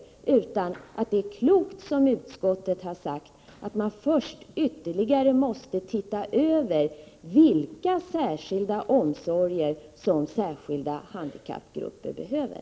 Det är i stället klokt som utskottet sagt att man först ytterligare måste se över vilka särskilda omsorger som olika handikappgrupper behöver.